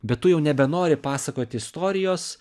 bet tu jau nebenori pasakot istorijos